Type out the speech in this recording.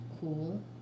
cool